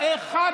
תמיד היית.